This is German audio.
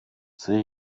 sehe